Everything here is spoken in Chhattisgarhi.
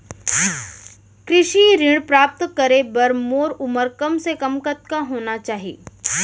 कृषि ऋण प्राप्त करे बर मोर उमर कम से कम कतका होना चाहि?